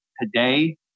Today